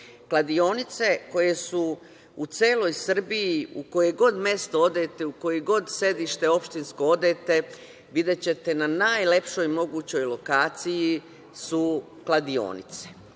kladionice koje su u celoj Srbiji u koje god mesto odete, u koje god sedište opštinsko odete videćete na najlepšoj mogućoj lokaciji su kladionice.U